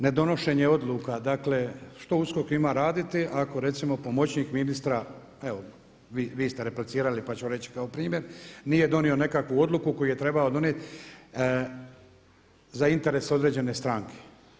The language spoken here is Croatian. Nedonošenje odluka dakle što USKOK ima raditi ako recimo pomoćnik ministra, evo vi ste replicirali pa ću reći kao primjer nije donio nekakvu odluku koju je trebao donijeti za interes određene stranke?